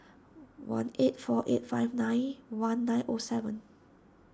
one eight four eight five nine one nine O seven